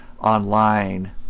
online